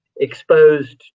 exposed